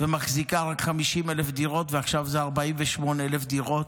ומחזיקה רק 50,000 דירות, ועכשיו זה 48,000 דירות.